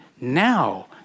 now